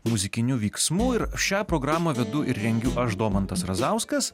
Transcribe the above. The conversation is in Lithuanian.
muzikiniu vyksmu ir šią programą vedu ir rengiu aš domantas razauskas